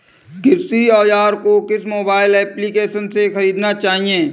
कृषि औज़ार को किस मोबाइल एप्पलीकेशन से ख़रीदना चाहिए?